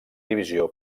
divisió